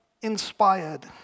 inspired